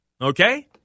Okay